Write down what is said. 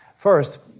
First